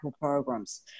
programs